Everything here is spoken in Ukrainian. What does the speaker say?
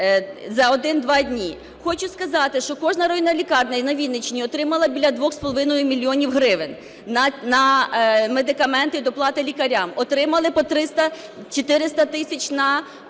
за один-два дні. Хочу сказати, що кожна районна лікарня на Вінниччині отримала біля 2,5 мільйона гривень на медикаменти і доплати лікарям, отримали по 300-400 тисяч на